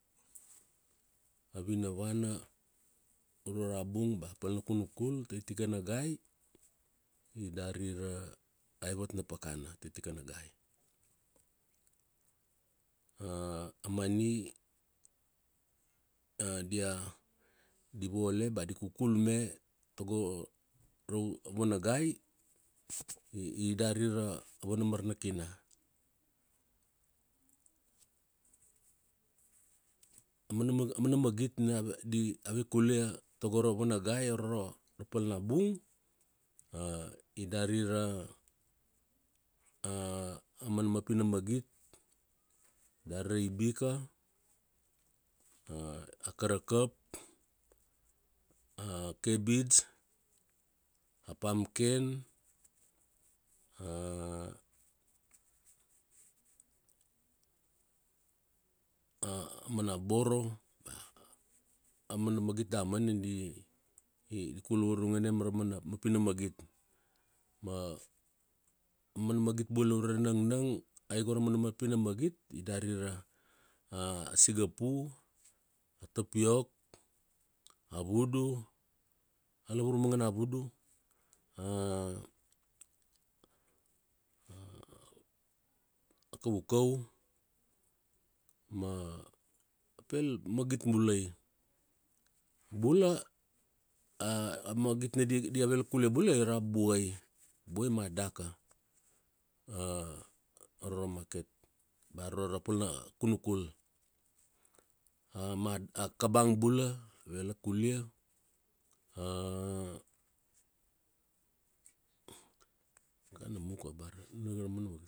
Avinavana uro rabung bea pal na kunukul tai tikana gai idari ra aivat na pakana tai tikana gai. a money dia divole bea dikukul me tago avana gai idari ravana mar na kina. Amana-amanagit ave kulia tago ravana gai aro ra palnabung idari aumana mapina magit dari ra ibika, akarakap, acabbage, apamken, aumana boro, bea aumana magit damana nina di-kul vurungene mara auamana mapina magit ma aumana magit bulang ure ranangnang aigo raumana mapina magit idari asigapu, atapiok, avudu, alavur mangana vudu, akaukau ma apel magit mulai. Bula amagit avela kulia bula iara buai, abuai ma adaka arora market bea aro rapal nakunukul ma akabang bula avela kulia, kan namuka bar ninaga ramana magit.